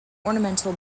ornamental